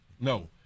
no